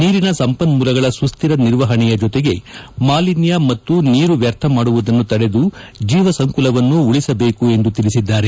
ನೀರಿನ ಸಂಪನ್ಮೂಲಗಳ ಸುತ್ತಿರ ನಿರ್ವಹಣೆಯ ಜೊತೆಗೆ ಮಾಲಿನ್ದ ಮತ್ತು ನೀರು ವ್ಯರ್ಥ ಮಾಡುವುದನ್ನು ತಡೆದು ಜೀವಸಂಕುಲವನ್ನು ಉಳಿಸಬೇಕು ಎಂದು ತಿಳಿಸಿದ್ದಾರೆ